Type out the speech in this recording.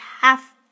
half-